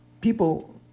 people